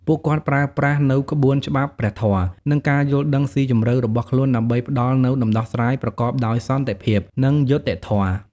ពួកគាត់ប្រើប្រាស់នូវក្បួនច្បាប់ព្រះធម៌ និងការយល់ដឹងស៊ីជម្រៅរបស់ខ្លួនដើម្បីផ្តល់នូវដំណោះស្រាយប្រកបដោយសន្តិភាព និងយុត្តិធម៌។